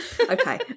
okay